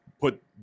put